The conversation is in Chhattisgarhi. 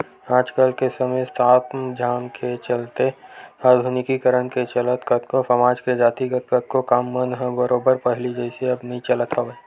आज के समे ताम झाम के चलत आधुनिकीकरन के चलत कतको समाज के जातिगत कतको काम मन ह बरोबर पहिली जइसे अब नइ चलत हवय